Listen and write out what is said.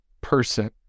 person